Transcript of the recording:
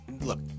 look